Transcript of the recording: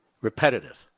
repetitive